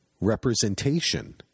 representation